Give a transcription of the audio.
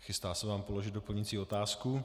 Chystá se vám položit doplňující otázku.